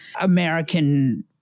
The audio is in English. American